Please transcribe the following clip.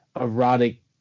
erotic